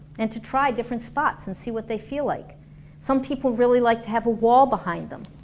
and to try different spots and see what they feel like some people really like to have a wall behind them